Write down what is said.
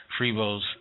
Freebo's